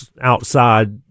outside